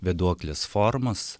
vėduoklės formos